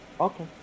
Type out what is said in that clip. Okay